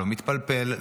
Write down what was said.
לא מתפלפל,